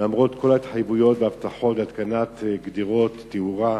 למרות כל ההתחייבויות וההבטחות להתקנת גדרות ותאורה,